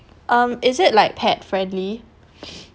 um is it like pet friendly